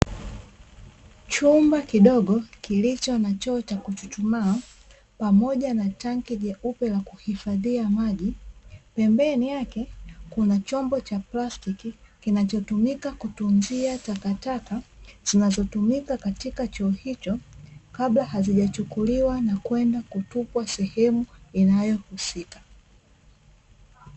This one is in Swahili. Chumba kidogo kilicho na choo cha kuchuchumaa pamoja na tanki jeupe la kuhifadhia maji pembeni yake kuna chombo cha plastiki kinachotumika kutunzia takataka zinazotumika katika choo hicho, kabla hazijachukuliwa na kwenda kutupwa sehemu inayohusika.